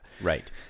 Right